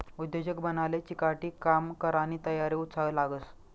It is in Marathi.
उद्योजक बनाले चिकाटी, काम करानी तयारी, उत्साह लागस